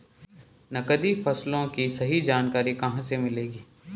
नकदी फसलों की सही जानकारी कहाँ मिलेगी?